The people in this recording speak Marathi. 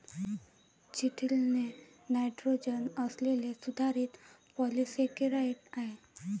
चिटिन हे नायट्रोजन असलेले सुधारित पॉलिसेकेराइड आहे